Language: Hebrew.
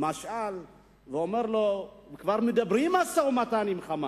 משעל, וכבר מדברים על משא-ומתן עם "חמאס".